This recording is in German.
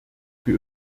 für